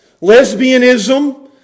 lesbianism